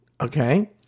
Okay